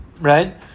right